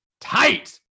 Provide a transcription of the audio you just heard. tight